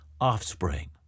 offspring